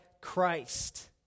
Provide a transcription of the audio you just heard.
Christ